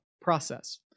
process